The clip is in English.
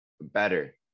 better